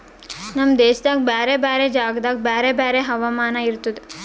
ನಮ್ ದೇಶದಾಗ್ ಬ್ಯಾರೆ ಬ್ಯಾರೆ ಜಾಗದಾಗ್ ಬ್ಯಾರೆ ಬ್ಯಾರೆ ಹವಾಮಾನ ಇರ್ತುದ